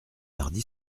mardi